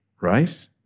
right